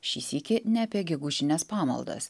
šį sykį ne apie gegužines pamaldas